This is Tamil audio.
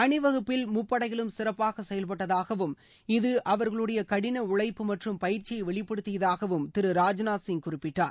அணிவகுப்பில் முப்படைகளும் சிறப்பாக செயல்பட்டதாகவும் இது அவா்களுடைய கடின உழைப்பு மற்றும் பயிற்சியை வெளிப்படுத்தியதாகவும் திரு ராஜ்நாத் சிங் குறிப்பிட்டார்